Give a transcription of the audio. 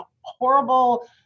horrible